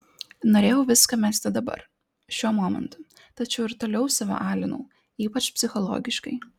norėjau viską mesti dabar šiuo momentu tačiau ir toliau save alinau ypač psichologiškai